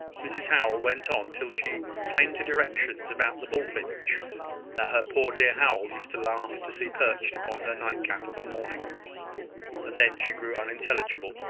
mrs howell went on till she came to directions about the bullfinch that her poor dear howell used to laugh to see perched upon her nightcap of a morning and then she grew unintelligible.